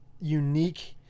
unique